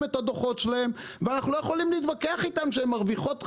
את הדוחות שלהם ואנחנו לא יכולים להתווכח איתם שהם מרוויחות חמישה,